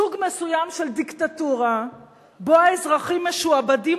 סוג מסוים של דיקטטורה שבו האזרחים משועבדים